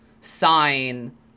sign